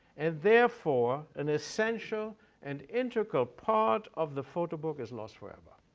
and therefore an essential and integral part of the photo book is lost forever.